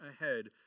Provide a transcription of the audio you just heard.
ahead